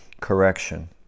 correction